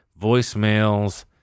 voicemails